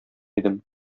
идем